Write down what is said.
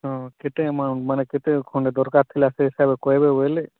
ହଁ କେତେ ଆମାଉଣ୍ଟ୍ ମାନେ କେତେ ଖଣ୍ଡେ ଦରକାର ଥିଲା ସେ ହିସାବେ କହିବେ ବୋଇଲେ